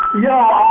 yeah,